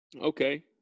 Okay